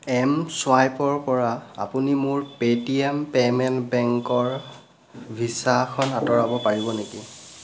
M ছুৱাইপৰ পৰা আপুনি মোৰ পে'টিএম পে'মেণ্ট বেংকৰ ভিছাখন আঁতৰাব পাৰিব নেকি